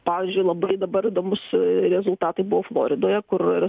pavyzdžiui labai dabar įdomūs rezultatai buvo floridoje kur